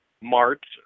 March